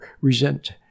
resent